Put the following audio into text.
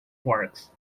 parks